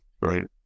Right